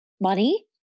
Money